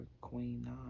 Queen